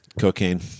cocaine